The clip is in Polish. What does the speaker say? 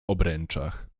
obręczach